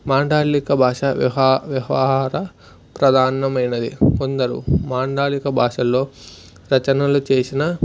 మాండలిక భాష వా వ్యవవాహార ప్రధానమైనది కొందరు మాండలిక భాషల్లో రచనలు చేసిన